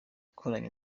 gukorana